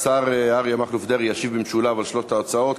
השר אריה מכלוף דרעי ישיב במשולב על שלוש ההצעות.